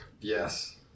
Yes